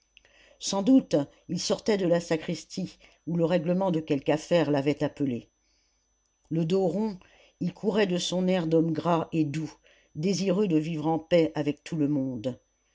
sans doute il sortait de la sacristie où le règlement de quelque affaire l'avait appelé le dos rond il courait de son air d'homme gras et doux désireux de vivre en paix avec tout le monde